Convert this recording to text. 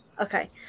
Okay